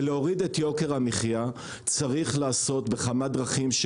ולהוריד את יוקר המחיה צריך לעשות בכמה דרכים,